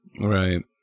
Right